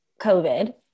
COVID